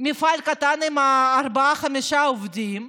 מפעל קטן עם ארבעה-חמישה עובדים,